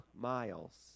miles